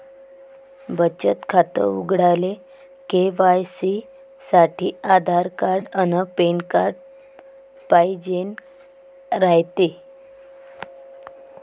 बचत खातं उघडाले के.वाय.सी साठी आधार अन पॅन कार्ड पाइजेन रायते